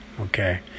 Okay